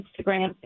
Instagram